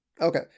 okay